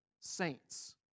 Saints